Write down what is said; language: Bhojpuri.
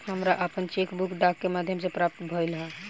हमरा आपन चेक बुक डाक के माध्यम से प्राप्त भइल ह